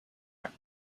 act